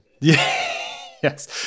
yes